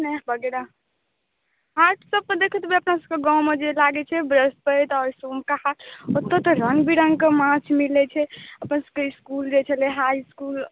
हाट सबके देखैत वहए बैसके गाँवमे जे लागै छै बृहस्पति आओर सोमके हाट ओतऽ तऽ रङ्ग बिरङ्गके माछ मिलै छै अपन सभके इसकुल जे छलै हाइ इसकुल